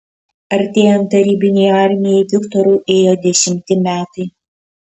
artėjant tarybinei armijai viktorui ėjo dešimti metai